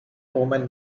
woman